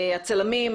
הצלמים,